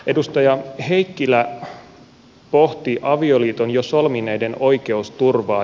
edustaja heikkilä pohti avioliiton jo solmineiden oikeusturvaa